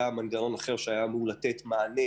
היה מנגנון אחר שהיה אמור לתת מענה